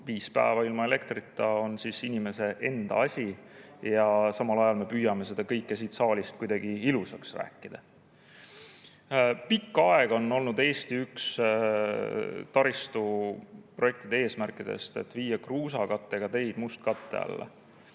viis päeva ilma elektrita on inimese enda asi. Samal ajal me püüame seda kõike siit saalist kuidagi ilusaks rääkida. Pikka aega on Eesti taristuprojektide üks eesmärke olnud kruusakattega teede mustkatte alla